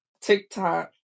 TikTok